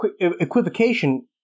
equivocation